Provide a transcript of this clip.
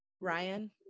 Ryan